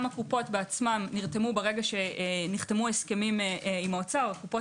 גם הקופות בעצמן נרתמו ברגע שנחתמו הסכמים עם האוצר הקופות